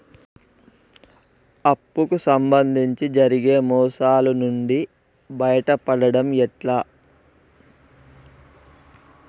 అప్పు కు సంబంధించి జరిగే మోసాలు నుండి బయటపడడం ఎట్లా?